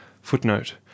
Footnote